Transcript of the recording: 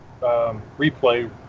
replay